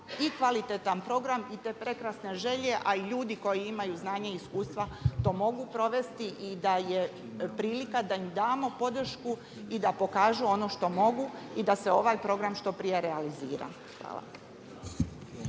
i kvalitetan program i te prekrasne želje, a i ljudi koji imaju znanje i iskustva to mogu provesti i da je prilika da im damo podršku i da pokažu ono što mogu i da se ovaj program što prije realizira. Hvala.